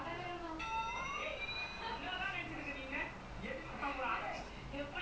I think the friend is like mostly இதே:ithe friend influence lah then usually this kind of thing